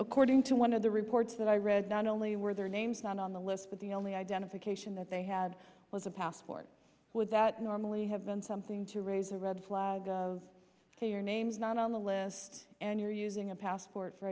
according to one of the reports that i read not only were their names on the list but the only identification that they had was a passport would that normally have been something to raise a red flag of your name not on the list and you're using a passport for